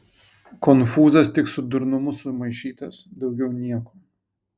konfūzas tik su durnumu sumaišytas daugiau nieko